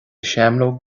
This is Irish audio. seamróg